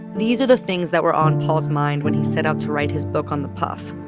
these are the things that were on paul's mind when he set out to write his book on the puf,